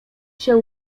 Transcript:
się